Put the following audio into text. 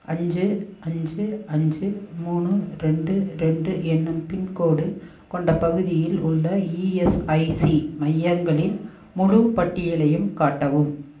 அஞ்சு அஞ்சு அஞ்சு மூணு ரெண்டு என்னும் பின்கோடு கொண்ட பகுதியில் உள்ள இஎஸ்ஐசி மையங்களின் முழுப் பட்டியலையும் காட்டவும்